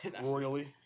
Royally